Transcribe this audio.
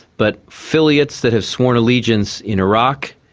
but affiliates that have sworn allegiance in iraq,